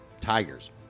Tigers